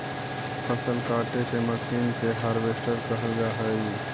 फसल काटे के मशीन के हार्वेस्टर कहल जा हई